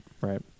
Right